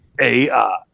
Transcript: AI